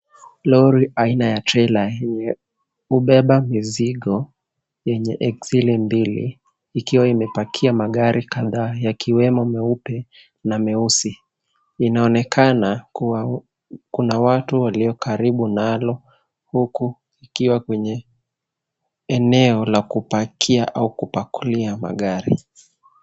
Lori aina ya trailer(cs)imeubeba mizigo yenye exile(cs) mbili ikiwa imepakia magari kadhaa yakiwemo meupe na meusi. Inaonekana kuwa kuna watu waliokaribu nalo huku, ikiwa kwenye eneo la kupakia au kupakulia magari.